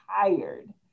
tired